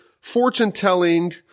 fortune-telling